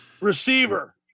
receiver